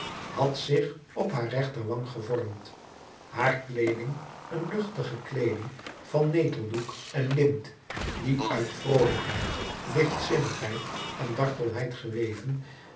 had zich op haar rechterwang gevormd haar kleeding een luchtige kleeding van neteldoek en lint die uit vroolijkheid lichtzinnigheid en dartelheid geweven